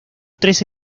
trece